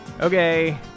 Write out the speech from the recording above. okay